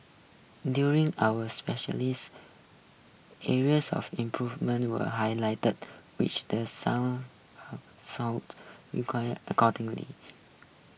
during our areas of improvement were highlighted the which The Sun sold require